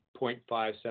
0.57%